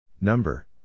Number